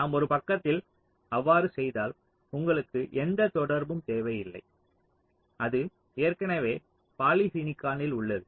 நாம் ஒரு பக்கத்தில் அவ்வாறு செய்தால் உங்களுக்கு எந்த தொடர்பும் தேவையில்லை அது ஏற்கனவே பாலிசிலிகானில் உள்ளது